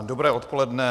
Dobré odpoledne.